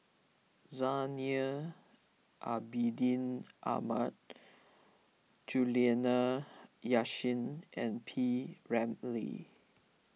Zainal Abidin Ahmad Juliana Yasin and P Ramlee